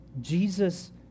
Jesus